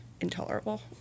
intolerable